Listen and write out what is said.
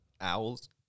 Owls